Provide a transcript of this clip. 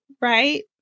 right